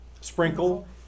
sprinkle